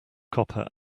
copper